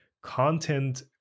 content